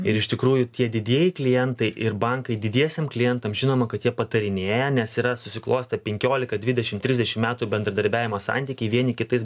ir iš tikrųjų tie didieji klientai ir bankai didiesiems klientams žinoma kad jie patarinėja nes yra susiklostę penkiolika divdešim trisdešim metų bendradarbiavimo santykiai vieni kitais